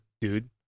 dude